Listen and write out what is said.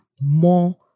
more